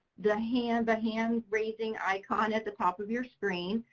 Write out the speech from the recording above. the hand, the hand-raising icon at the top of your screen.